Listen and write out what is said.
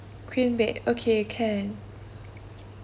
queen bed okay can